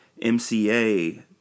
MCA